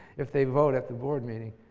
if they vote at the board meeting.